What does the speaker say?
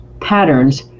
patterns